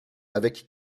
avec